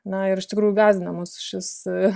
na ir iš tikrųjų gąsdina mus šis